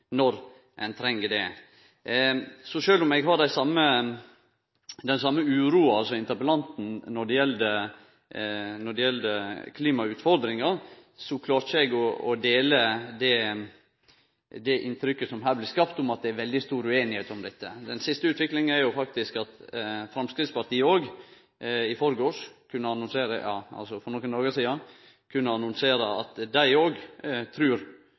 når ein treng det. Så sjølv om eg har den same uroa som interpellanten når det gjeld klimautfordringa, klarer ikkje eg å dele det inntrykket som her blir skapt om at det er veldig stor ueinigheit om dette. Den siste utviklinga er jo faktisk at Framstegspartiet for nokre dagar sidan kunne annonsere at dei òg no trur at klimaendringane er menneskeskapte, så slik sett har ein nådd breiare enn klimaforliket med den verkelegheitsforståinga. Så er eg einig i dei